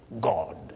God